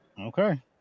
Okay